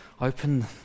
Open